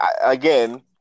again